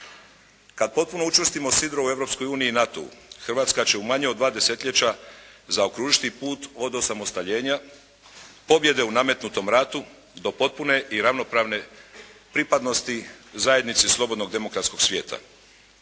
Kad potpuno učvrstimo sidro u Europskoj uniji i NATO-u Hrvatska će u manje od dva desetljeća zaokružiti put od osamostaljenja pobjede u nametnutom ratu do potpune i ravnopravne pripadnosti zajednici slobodnog demokratskog svijeta.